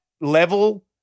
level